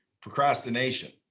Procrastination